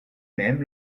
même